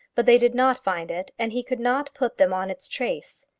but they did not find it, and he could not put them on its trace.